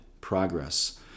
progress